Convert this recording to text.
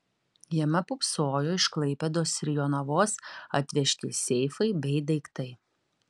jame pūpsojo iš klaipėdos ir jonavos atvežti seifai bei daiktai